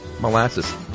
molasses